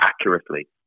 accurately